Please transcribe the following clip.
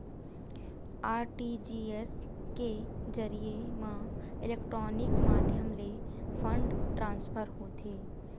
RTGS के जरिए म इलेक्ट्रानिक माध्यम ले फंड ट्रांसफर होथे